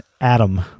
Adam